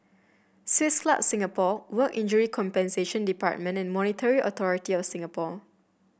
Swiss Club Singapore Work Injury Compensation Department and Monetary Authority Of Singapore